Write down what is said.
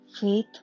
Faith